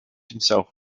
himself